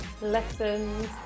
lessons